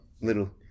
Little